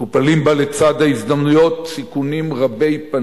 מקופלים בה, לצד ההזדמנויות, סיכונים רבי-פנים.